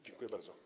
Dziękuję bardzo.